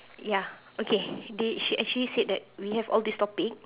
ya okay did she actually said that we have all this topic